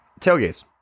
tailgates